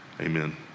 Amen